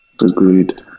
Agreed